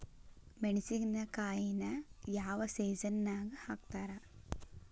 ಮೆಣಸಿನಕಾಯಿನ ಯಾವ ಸೇಸನ್ ನಾಗ್ ಹಾಕ್ತಾರ?